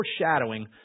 foreshadowing